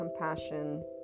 compassion